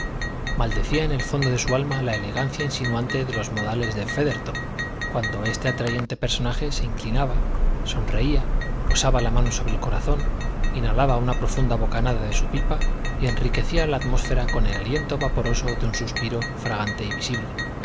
maldecía en el fondo de su alma la elegancia insinuante de los modales de feathertop cuando este atrayente personaje se inclinaba sonreía posaba la mano sobre el corazón inhalaba una profunda bocanada de su pipa y enriquecía la atmósfera con el aliento vaporoso de un suspiro fragante y visible